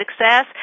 success